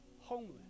homeless